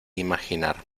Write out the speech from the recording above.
imaginar